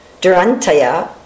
durantaya